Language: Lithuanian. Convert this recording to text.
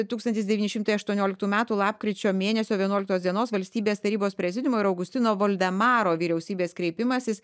tūkstantis devyni šimtai aštuonioliktų metų lapkričio mėnesio vienuoliktos dienos valstybės tarybos prezidiumo ir augustino voldemaro vyriausybės kreipimasis